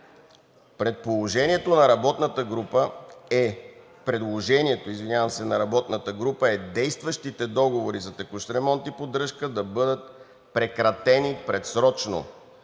Предложението на работната група е действащите договори за текущ ремонт и поддръжка да бъдат прекратени предсрочно